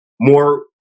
more